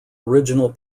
original